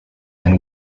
and